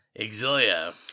Exilia